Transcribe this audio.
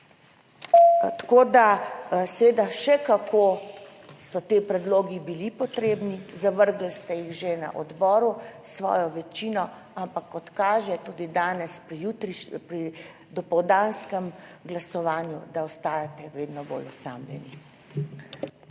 Tako, da seveda še kako so ti predlogi bili potrebni. Zavrgli ste jih že na odboru s svojo večino, ampak kot kaže tudi danes pri dopoldanskem glasovanju, da ostajate vedno bolj osamljeni.